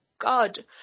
God